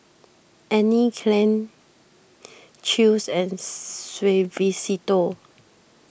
Anne Klein Chew's and Suavecito